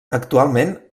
actualment